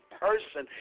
person